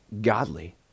godly